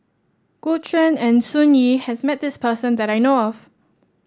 Gu Juan and Sun Yee has met this person that I know of